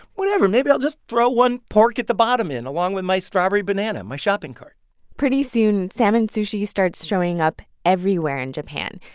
whatever. maybe i'll just throw one pork at the bottom in along with my strawberry banana in my shopping cart pretty soon, salmon sushi starts showing up everywhere in japan,